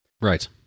Right